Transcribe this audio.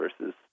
versus